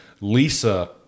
Lisa